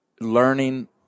learning